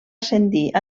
ascendir